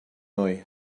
neu